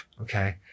Okay